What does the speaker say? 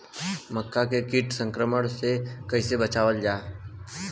मक्का के कीट संक्रमण से कइसे बचावल जा?